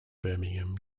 birmingham